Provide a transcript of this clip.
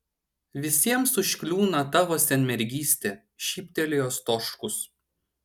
visiems užkliūna tavo senmergystė šyptelėjo stoškus